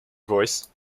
voice